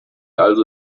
also